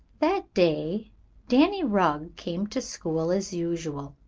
that day danny rugg came to school as usual.